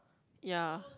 ya